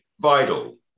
vital